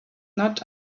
not